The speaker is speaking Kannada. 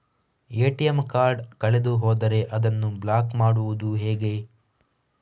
ಎ.ಟಿ.ಎಂ ಕಾರ್ಡ್ ಕಳೆದು ಹೋದರೆ ಅದನ್ನು ಬ್ಲಾಕ್ ಮಾಡುವುದು ಹೇಗೆ?